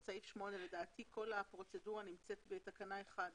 סעיף 8. לדעתי כל הפרוצדורה נמצאת בתקנה 1,